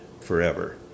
forever